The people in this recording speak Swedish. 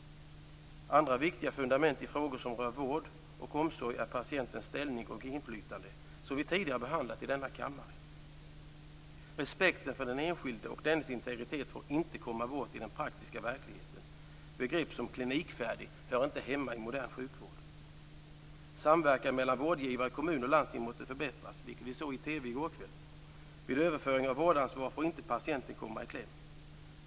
Andra viktiga fundament i frågor som rör vård och omsorg är patientens ställning och inflytande, som vi tidigare behandlat i denna kammare. Respekten för den enskilde och dennes integritet får inte komma bort i den praktiska verkligheten. Begrepp som "klinikfärdig" hör inte hemma i modern sjukvård. Samverkan mellan vårdgivare i kommun och landsting måste förbättras, vilket vi såg på TV i går kväll. Vid överföring av vårdansvar får patienten inte komma i kläm.